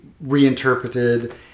reinterpreted